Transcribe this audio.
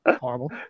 horrible